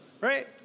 Right